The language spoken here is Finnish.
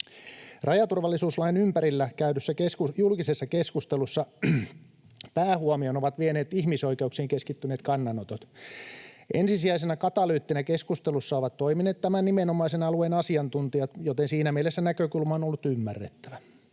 Rajaturvallisuuslain ympärillä käydyssä julkisessa keskustelussa päähuomion ovat vieneet ihmisoikeuksiin keskittyneet kannanotot. Ensisijaisena katalyyttinä keskustelussa ovat toimineet tämän nimenomaisen alueen asiantuntijat, joten siinä mielessä näkökulma on ollut ymmärrettävä.